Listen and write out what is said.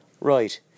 right